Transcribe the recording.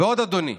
ועוד, אדוני: